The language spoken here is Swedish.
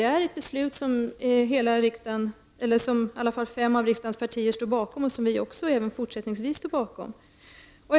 Det här är ett beslut, som fem av riksdagens partier står bakom och som vi i vänsterpartiet fortsättningsvis kommer att hålla fast vid.